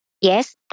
Yes